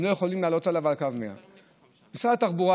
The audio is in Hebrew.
הם לא יכולים לעלות על קו 100. משרד התחבורה,